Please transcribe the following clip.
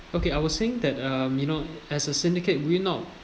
okay I will think that um you know as a syndicate will not